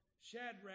Shadrach